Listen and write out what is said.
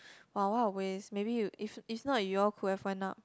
!wow! what a waste maybe you if is not you all could have went up